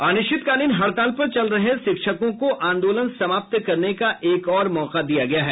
अनिश्चितकालीन हड़ताल पर चल रहे शिक्षकों को आंदोलन समाप्त करने का एक और मौका दिया गया है